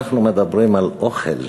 אנחנו מדברים על אוכל.